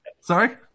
Sorry